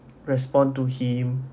respond to him